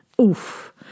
Oof